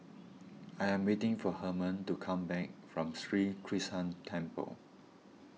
I am waiting for Harman to come back from Sri Krishnan Temple